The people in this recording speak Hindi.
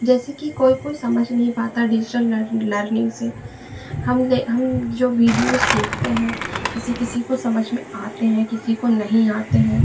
जैसे कि कोई कोई समझ नहीं पाता डिजिटल लर लर्निंग से हम ले हम जो वीडियोज़ देखते हैं किसी किसी को समझ में आते हैं किसी को नहीं आते हैं